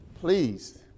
Please